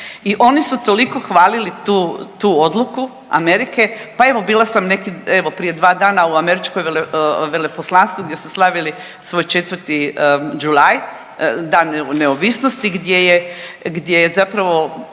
I oni su toliko hvalili tu, tu odluku Amerike, pa evo bila neki evo prije dva dana u američkom veleposlanstvu gdje su slavili svoj 4. July Dan neovisnosti gdje je, gdje zapravo